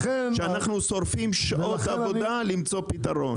שאנחנו שורפים שעות עבודה על למצוא פתרון.